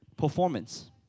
performance